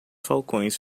falcões